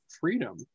freedom